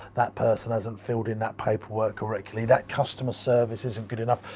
that person hasn't filled in that paperwork correctly. that customer service isn't good enough.